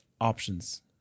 options